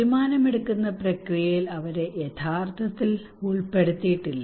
തീരുമാനമെടുക്കുന്ന പ്രക്രിയയിൽ അവരെ യഥാർത്ഥത്തിൽ ഉൾപ്പെടുത്തിയിട്ടില്ല